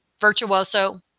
virtuoso